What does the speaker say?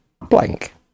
blank